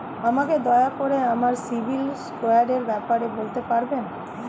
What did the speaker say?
আমাকে দয়া করে আমার সিবিল স্কোরের ব্যাপারে বলতে পারবেন?